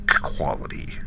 quality